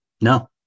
No